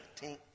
tink